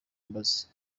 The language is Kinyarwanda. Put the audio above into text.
mbazi